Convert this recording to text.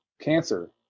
cancer